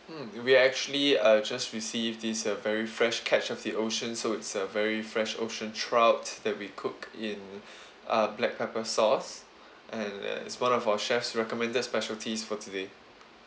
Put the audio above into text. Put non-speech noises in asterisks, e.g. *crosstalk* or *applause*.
mm we actually uh just received these uh very fresh catch of the ocean so it's a very fresh ocean trout that we cook in *breath* uh black pepper sauce *breath* and uh it's one of our chef's recommended specialities for today